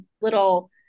little